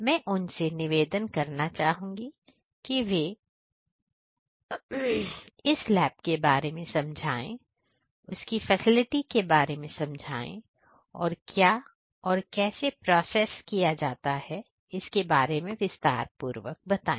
मैं उन से निवेदन करना चाहूंगी कि वे अपने इस लेब के बारे में समझाएं उसकी फैसिलिटी के बारे में समझाएं और क्या और कैसे प्रोसेस किया जाता है इसके बारे में विस्तारपूर्वक बताएं